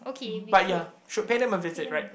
but ya should pay them a visit right